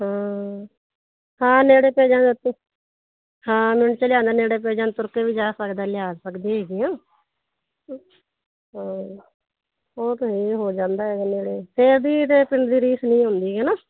ਹਾਂ ਹਾਂ ਨੇੜੇ ਪੈ ਜਾਂਦਾ ਇੱਥੇ ਹਾਂ ਨੇੜੇ ਪੈ ਜਾਂਦਾ ਤੁਰ ਕੇ ਵੀ ਜਾ ਸਕਦਾ ਲਿਆ ਸਕਦੇ ਹੈਗੇ ਹਾਂ ਹਾਂ ਉਹ ਤਾਂ ਇਹ ਹੋ ਜਾਂਦਾ ਹੈਗਾ ਨੇੜੇ ਫਿਰ ਵੀ ਇਹਦੇ ਪਿੰਡ ਦੀ ਰੀਸ ਨਹੀਂ ਹੁੰਦੀ ਹੈ ਨਾ